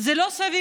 זה לא סביר.